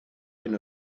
hyn